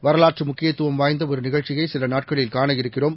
வரலாற்றுமுக்கியத்துவம்வாய்ந்தஒருநிகழ்ச்சியைசிலநாட்க ளில்காணவிருக்கிறோம்